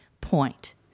point